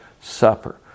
Supper